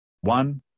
One